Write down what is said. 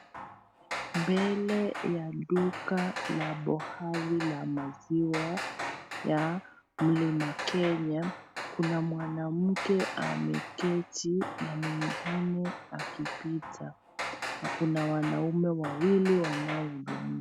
Mbele ya duka la bohari la maziwa ya mlima Kenya kuna mwanamke ameketi na mwingine akipita na kuna wanaume wawili wanaohudumiwa.